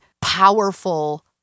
powerful